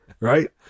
Right